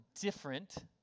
different